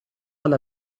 alla